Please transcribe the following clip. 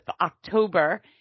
October